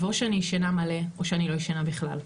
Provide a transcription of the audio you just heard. או שאני ישנה מלא או שאני לא ישנה בכלל,